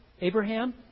Abraham